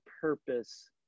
purpose